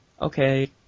okay